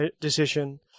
decision